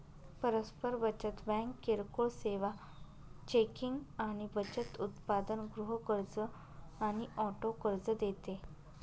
परस्पर बचत बँक किरकोळ सेवा, चेकिंग आणि बचत उत्पादन, गृह कर्ज आणि ऑटो कर्ज देते